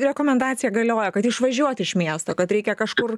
rekomendacija galioja kad išvažiuot iš miesto kad reikia kažkur